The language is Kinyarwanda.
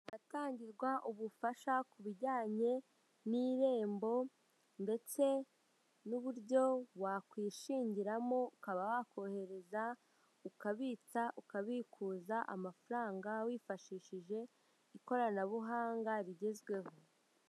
Ahatangirwa ubufasha ku bijyanye n'irembo ndetse n'uburyo wakwishingiramo, ukaba wakohereza ukabika, ukabikuza amafaranga wifashishije ikoranabuhanga rigezweho.